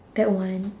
that one